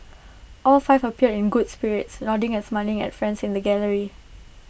all five appeared in good spirits nodding and smiling at friends in the gallery